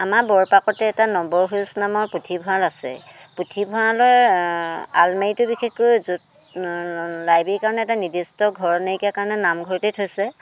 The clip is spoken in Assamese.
আমাৰ বৰপাকতে এটা নৱসেউজ নামৰ পুথিভঁৰাল আছে পুথিভঁৰালৰ আলমাৰিটো বিশেষকৈ য'ত লাইব্ৰেৰীৰ কাৰণে এটা নিৰ্দিষ্ট ঘৰ নাইকীয়া কাৰণে নামঘৰতেই থৈছে